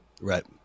Right